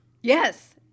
Yes